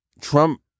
Trump